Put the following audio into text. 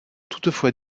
toutefois